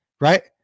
Right